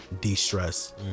de-stress